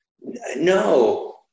No